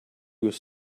was